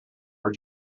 are